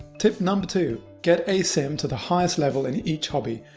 tip number two get a sim to the highest level in each hobby.